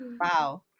wow